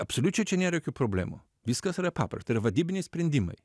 absoliučiai čia nėra jokių problemų viskas yra paprasta yra vadybiniai sprendimai